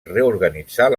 reorganitzar